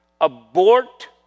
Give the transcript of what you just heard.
abort